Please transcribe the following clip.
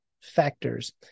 factors